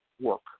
work